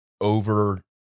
over